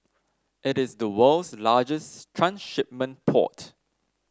it is the world's largest transshipment port